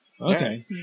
Okay